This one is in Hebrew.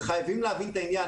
חייבים להבין את העניין.